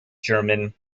german